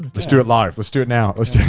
let's do it live. let's do it now. let's do it,